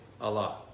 Allah